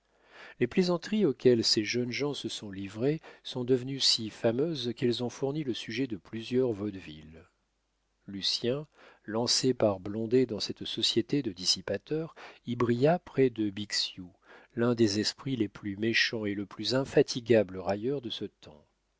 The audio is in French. les plaisanteries auxquelles ces jeunes gens se sont livrés sont devenues si fameuses qu'elles ont fourni le sujet de plusieurs vaudevilles lucien lancé par blondet dans cette société de dissipateurs y brilla près de bixiou l'un des esprits les plus méchants et le plus infatigable railleur de ce temps